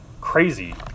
crazy